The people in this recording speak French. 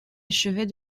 achevait